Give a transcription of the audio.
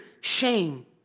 shame